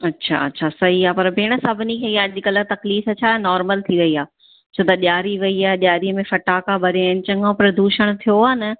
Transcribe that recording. अच्छा अच्छा सही आहे पर भेण सभिनी खे हीअ अॼकल्ह तकलीफ़ छा नॉरमल थी वई आहे छो त ॾियारी वई आहे ॾियारी में फटाका बरिया आहिनि चङो प्रदूषण थियो आहे न